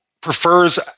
prefers